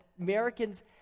Americans